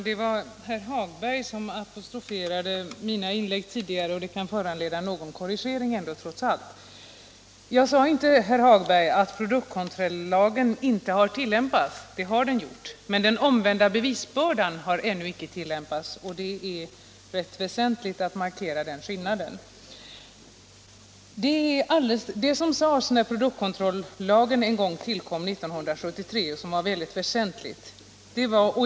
Herr talman! Herr Hagberg i Borlänge apostroferade mina tidigare inlägg, och det kan föranleda någon korrigering. Jag sade inte, herr Hagberg, att produktkontrollagen inte har tillämpats. Det har den, men regeln om den omvända bevisbördan har ännu icke tillämpats, och det är rätt väsentligt att markera den skillnaden. Det som sades när produktkontrollagen tillkom 1973 var väldigt viktigt.